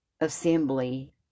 assembly